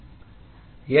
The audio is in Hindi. यह बहुत सरल है